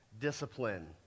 discipline